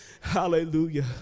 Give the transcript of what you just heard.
hallelujah